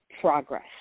progress